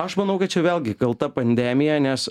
aš manau kad čia vėlgi kalta pandemija nes